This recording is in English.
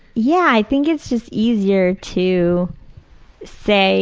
yeah, i think it's just easier to say